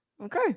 Okay